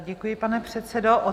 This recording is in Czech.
Děkuji, pane předsedo.